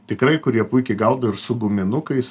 tikrai kurie puikiai gaudo ir su guminukais